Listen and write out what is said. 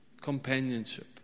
companionship